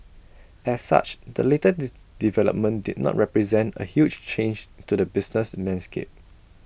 as such the latest development did not represent A huge change to the business landscape